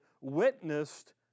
witnessed